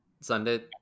sunday